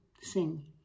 sing